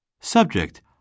Subject